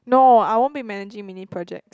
no I won't be managing mini projects